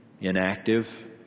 inactive